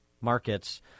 markets